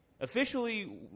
officially